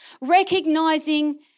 Recognizing